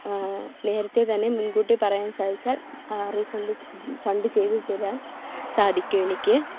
നേരത്തേ തന്നെ മുൻകൂട്ടി പറയാൻ സാധിച്ചാൽ ആ റീഫണ്ട് ഫണ്ട് ചെയ്തു തരാൻ സാധിക്കുമെനിക്ക്